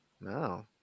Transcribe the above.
no